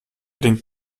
den